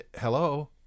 Hello